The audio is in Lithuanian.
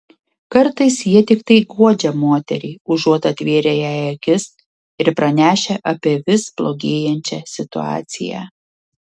kartais jie tiktai guodžia moterį užuot atvėrę jai akis ir pranešę apie vis blogėjančią situaciją